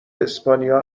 اسپانیا